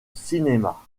cinéma